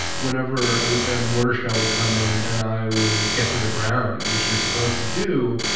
whenever a mortar shell would come in and i would get to the ground, which you're supposed to do,